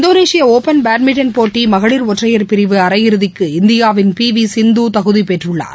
இந்தோனேஷிய open badminton போட்டி மகளிர் ஒற்றையர் பிரிவு அரையிறுதிக்கு இந்தியாவின் பி வி சிந்து தகுதி பெற்றுள்ளார்